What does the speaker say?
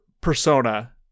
persona